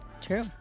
true